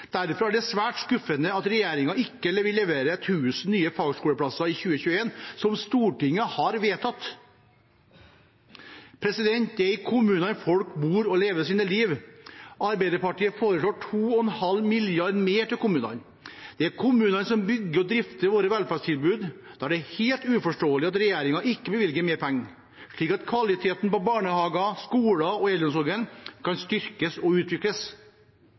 Derfor er det svært skuffende at regjeringen ikke vil levere 1 000 nye fagskoleplasser i 2021, som Stortinget har vedtatt. Det er i kommunene folk bor og lever sitt liv. Arbeiderpartiet foreslår 2,5 mrd. kr mer til kommunene. Det er kommunene som bygger og drifter våre velferdstilbud, og da er det helt uforståelig at regjeringen ikke bevilger mer penger, slik at kvaliteten på barnehager, skoler og eldreomsorgen kan styrkes og utvikles.